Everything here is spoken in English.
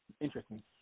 Interesting